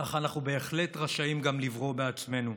אך אנחנו בהחלט רשאים גם לברור בעצמנו.